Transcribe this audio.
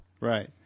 right